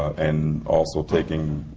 and also taking